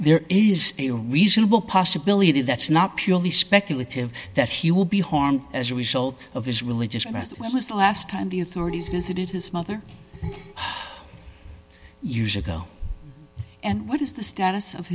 there is a reasonable possibility that's not purely speculative that he will be harmed as a result of his religion as it was the last time the authorities visited his mother use ago and what is the status of